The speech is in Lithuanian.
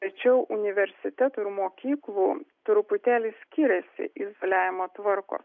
tačiau universitetų ir mokyklų truputėlį skiriasi izoliavimo tvarkos